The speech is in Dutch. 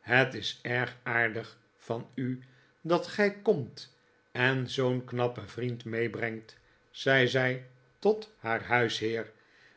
het is erg aardig van u dat gij komt en zoo'n knappen vriend meebrengt zei zij tot haar huisheer